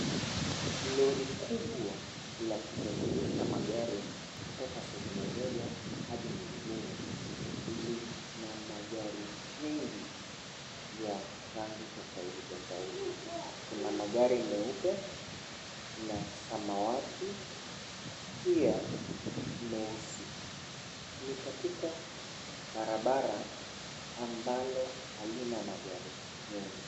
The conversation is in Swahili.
Lori kubwa la kusafirisha magari kutoka sehemu moja hadi nyingine, lina magari nyingi ya rangi tofauti tofauti. Kuna magari meupe na samawati, pia meusi. Ni katika barabara ambalo halina magari mengi.